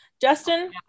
Justin